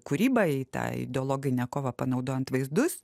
kūrybą į tą ideologinę kovą panaudojant vaizdus